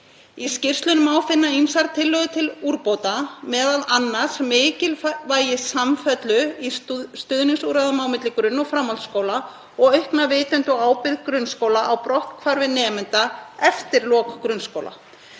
Í skýrslunni má finna ýmsar tillögur til úrbóta, m.a. mikilvægi samfellu í stuðningsúrræðum á milli grunn- og framhaldsskóla og aukna vitund og ábyrgð grunnskóla á brotthvarfi nemenda eftir lok grunnskóla.